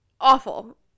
Awful